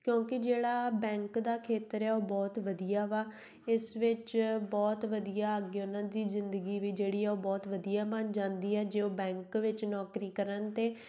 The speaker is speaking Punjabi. ਕਿਉਂਕਿ ਜਿਹੜਾ ਬੈਂਕ ਦਾ ਖੇਤਰ ਆ ਉਹ ਬਹੁਤ ਵਧੀਆ ਵਾ ਇਸ ਵਿੱਚ ਬਹੁਤ ਵਧੀਆ ਅੱਗੇ ਉਹਨਾਂ ਦੀ ਜ਼ਿੰਦਗੀ ਵੀ ਜਿਹੜੀ ਆ ਉਹ ਬਹੁਤ ਵਧੀਆ ਬਣ ਜਾਂਦੀ ਆ ਜੇ ਉਹ ਬੈਂਕ ਵਿੱਚ ਨੌਕਰੀ ਕਰਨ ਅਤੇ